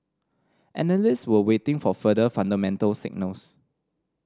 analysts were waiting for further fundamental signals